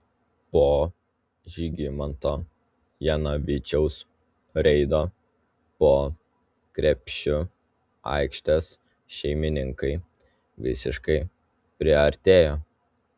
po žygimanto janavičiaus reido po krepšiu aikštės šeimininkai visiškai priartėjo